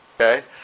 Okay